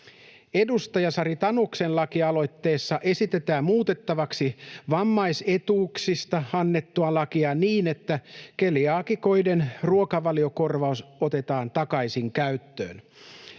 Edustaja Sari Tanuksen lakialoitteessa esitetään muutettavaksi vammaisetuuksista annettua lakia niin, että keliaakikoiden ruokavaliokorvaus otetaan takaisin käyttöön.